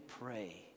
pray